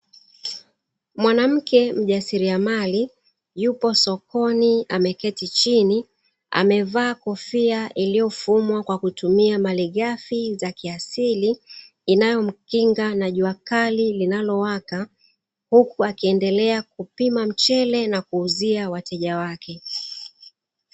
Mwanamke mjasiriamali yupo sokoni ameketi chini amevaa kofia iliyofumwa kwa kutumia malighafi za kiasili, inayomkinga na juakali linalowaka huku akiendelea kupima mchele na kuuzia wateja wake.